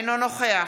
אינו נוכח